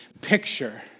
picture